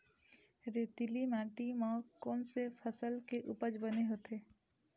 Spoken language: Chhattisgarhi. रेतीली माटी म कोन से फसल के उपज बने होथे?